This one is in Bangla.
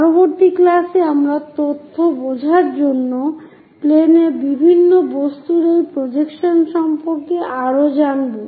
পরবর্তী ক্লাসে আমরা তথ্য বোঝার জন্য প্লেনে বিভিন্ন বস্তুর এই প্রজেকশন সম্বন্ধে আরো জানবো